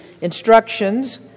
instructions